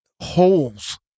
holes